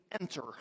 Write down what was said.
enter